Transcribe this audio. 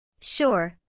Sure